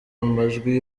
majwi